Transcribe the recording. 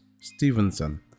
Stevenson